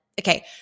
Okay